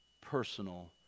personal